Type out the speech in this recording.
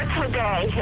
today